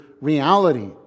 reality